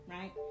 right